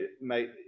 mate